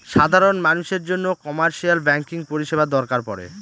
সাধারন মানুষের জন্য কমার্শিয়াল ব্যাঙ্কিং পরিষেবা দরকার পরে